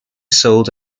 sold